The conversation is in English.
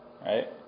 Right